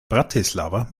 bratislava